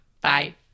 Bye